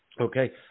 okay